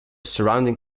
surrounding